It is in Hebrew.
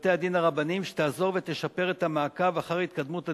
בבתי-הדין הרבניים שתעזור ותשפר את המעקב אחר התקדמות הדיונים.